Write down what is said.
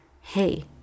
hey